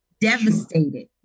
devastated